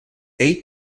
eight